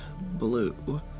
blue